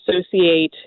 associate